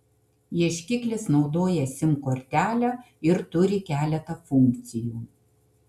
ieškiklis naudoja sim kortelę ir turi keletą funkcijų